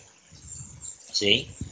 See